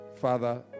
Father